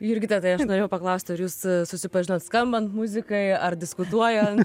jurgita tai aš norėjau paklaust ar jūs susipažinot skambant muzikai ar diskutuojan